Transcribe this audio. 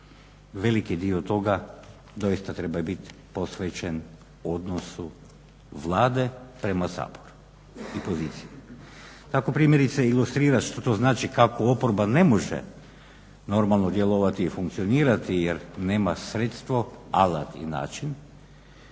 Veliki dio toga doista treba biti posvećen odnosu Vlade prema Saboru i poziciji. Tako primjerice ilustrira to znači kako oporba ne može normalno djelovati i funkcionirati jer nema sredstvo, alat i način